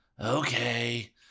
Okay